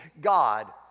God